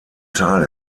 teil